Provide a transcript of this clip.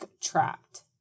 trapped